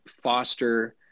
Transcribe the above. foster